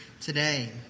today